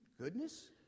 Goodness